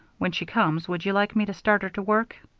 when she comes, would you like me to start her to work?